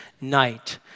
night